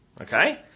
Okay